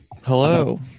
Hello